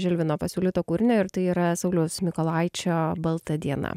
žilvino pasiūlyto kūrinio ir tai yra sauliaus mykolaičio balta diena